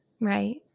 Right